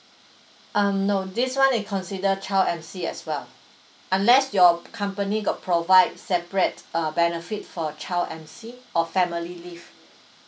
um no this [one] they consider child M_C as well unless your company got provide separate uh benefit for child M_C or family leave